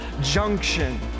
junction